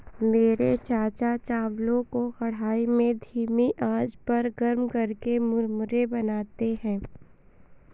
मेरे चाचा चावलों को कढ़ाई में धीमी आंच पर गर्म करके मुरमुरे बनाते हैं